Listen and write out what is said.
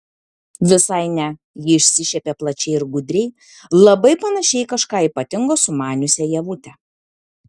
visai ne ji išsišiepė plačiai ir gudriai labai panašiai į kažką ypatingo sumaniusią ievutę